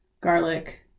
garlic